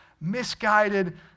misguided